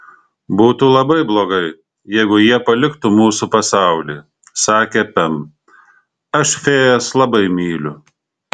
būtų labai blogai jeigu jie paliktų mūsų pasaulį sakė pem aš fėjas labai myliu